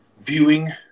viewing